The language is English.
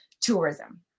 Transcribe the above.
tourism